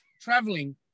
traveling